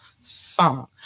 song